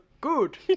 good